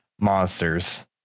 monsters